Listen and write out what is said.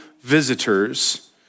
visitors